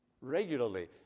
regularly